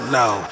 now